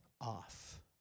off